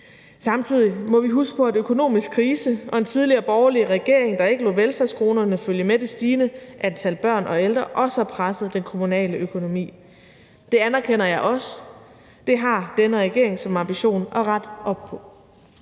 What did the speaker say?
Samtidig må vi huske på, at økonomisk krise og en tidligere borgerlig regering, der ikke lod velfærdskronerne følge med det stigende antal børn og ældre, også har presset den kommunale økonomi. Det anerkender jeg også – det har denne regering som ambition at rette op på.